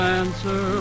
answer